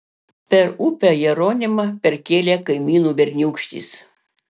per upę jeronimą perkėlė kaimynų berniūkštis